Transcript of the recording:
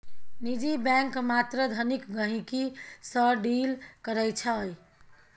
निजी बैंक मात्र धनिक गहिंकी सँ डील करै छै